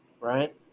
Right